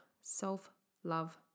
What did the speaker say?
Self-love